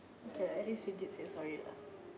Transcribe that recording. okay lah at least you did say sorry lah